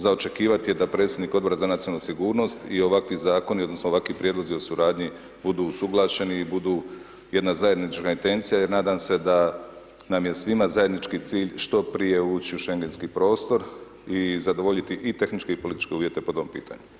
Za očekivat je da predsjednik Odbora za nacionalnu sigurnost i ovakvi zakoni odnosno ovakvi prijedlozi o suradnji budu usuglašeni i budu jedna zajednička intencija jer nadam se da nam je svima zajednički cilj što prije ući u schengenski prostor i zadovoljiti i tehničke i političke uvjete po ovom pitanju.